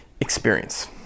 experience